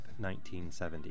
1970